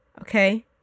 okay